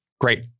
great